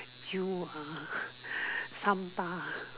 you ha 三八 ah